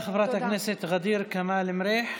תודה לחברת הכנסת ע'דיר כמאל מריח.